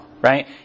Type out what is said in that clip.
right